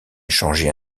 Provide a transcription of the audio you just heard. changeait